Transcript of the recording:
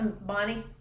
Bonnie